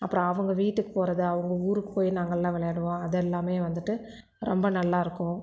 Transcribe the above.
அப்புறம் அவங்க வீட்டுக்கு போகிறது அவங்க ஊருக்கு போய் நாங்கெல்லாம் விளையாடுவோம் அதெல்லாமே வந்துட்டு ரொம்ப நல்லாயிருக்கும்